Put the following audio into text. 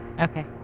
Okay